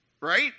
Right